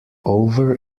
over